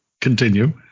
continue